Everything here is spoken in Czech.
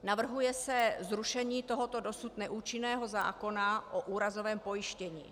Navrhuje se zrušení tohoto dosud neúčinného zákona o úrazovém pojištění.